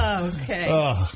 Okay